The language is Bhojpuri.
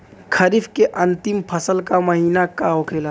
खरीफ के अंतिम फसल का महीना का होखेला?